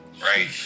right